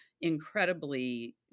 incredibly